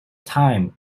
time